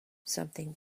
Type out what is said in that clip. something